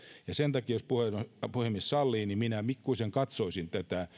ja sen takia jos puhemies sallii minä pikkuisen katsoisin